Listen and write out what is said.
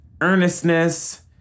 earnestness